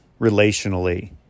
relationally